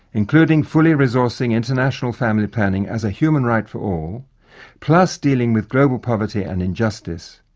including fully resourcing international family planning as a human right for all plus dealing with global poverty and injustice,